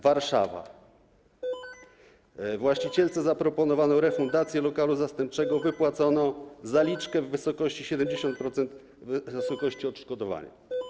Warszawa, właścicielce zaproponowano refundację lokalu zastępczego, wypłacono zaliczkę w wysokości 70% wysokości odszkodowania.